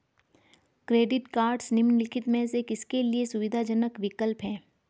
Credit cards निम्नलिखित में से किसके लिए सुविधाजनक विकल्प हैं?